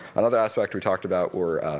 another aspect we talked about were